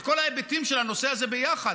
את כל ההיבטים של הנושא הזה יחד?